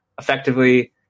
effectively